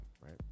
right